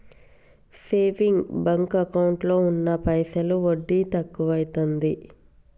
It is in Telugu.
సేవింగ్ బాంకు ఎకౌంటులో ఉన్న పైసలు వడ్డి తక్కువైతాంది